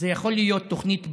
זו יכולה להיות תוכנית פראוור,